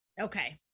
Okay